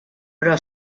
però